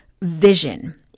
vision